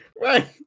Right